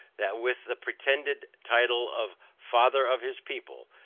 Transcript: that with the pretended title of father of his people,